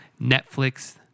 Netflix